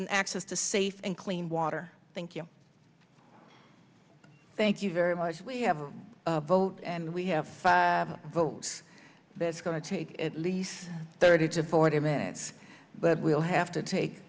and access to safe and clean water thank you thank you very much we have a vote and we have a vote that's going to take at least thirty to forty minutes but we'll have to take